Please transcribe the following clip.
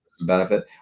benefit